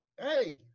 hey